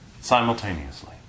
simultaneously